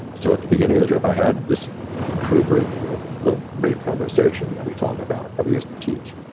so, at the beginning of the trip, i had this crew briefing of the brief conversation that we talked about, that we used to teach,